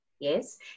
Yes